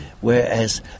Whereas